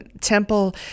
temple